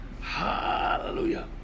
Hallelujah